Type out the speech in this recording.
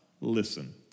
listen